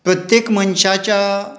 प्रत्येक मनशाच्या